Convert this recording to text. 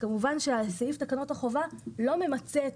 כמובן שסעיף תקנות החובה לא ממצה את